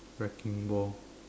wrecking ball